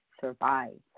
survive